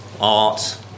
art